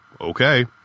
Okay